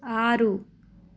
ఆరు